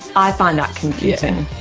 i find that confusing.